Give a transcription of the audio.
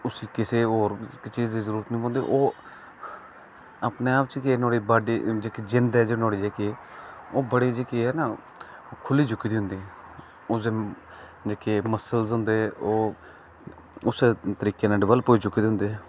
उसी किसे और चीज दी जरुरत नेईं पोंदी ओह् अपने आप च गै नुआढ़ी बाॅडी जेहकी जिंद ऐ नुआढ़ी जेहकी ओह् बड़ी जेहकी ऐ ना खु'ल्ली चुकी दी होंदी उसदे जेहके मस्सल ना ते ओह् उस्सै तरीके कन्नै डिबेलप होई चुके दे होंदे